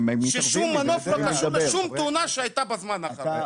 כששום מנוף לא קשור לשום תאונה שהייתה בזמן האחרון.